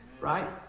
right